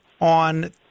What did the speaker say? on